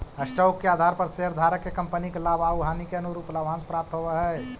stock के आधार पर शेयरधारक के कंपनी के लाभ आउ हानि के अनुरूप लाभांश प्राप्त होवऽ हई